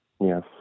Yes